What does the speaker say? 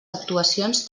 actuacions